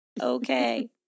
Okay